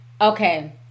Okay